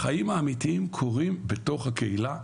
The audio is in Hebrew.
החיים האמיתיים קורים בתוך הקהילה.